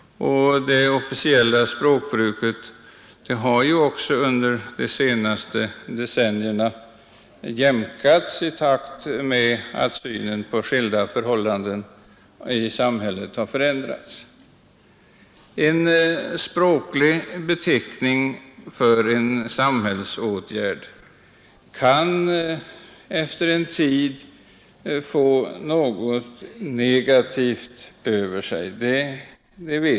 Det officiella språkbruket har ju också under de senaste decennierna jämkats i takt med att synen på skilda förhållanden i samhället har förändrats. En språklig beteckning för en samhällsåtgärd kan efter en tid få något negativt över sig.